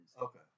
Okay